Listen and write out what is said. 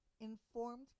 Informed